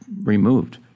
removed